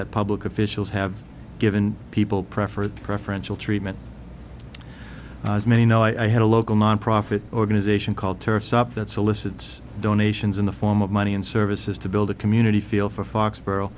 that public officials have given people preference preferential treatment as many know i had a local nonprofit organization called turfs up that solicits donations in the form of money and services to build a community feel for foxborough